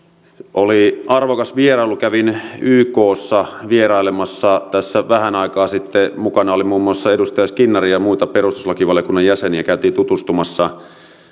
oli arvokas vierailu kävin ykssa vierailemassa tässä vähän aikaa sitten mukana oli muun muassa edustaja skinnari ja muita perustuslakivaliokunnan jäseniä kävimme tutustumassa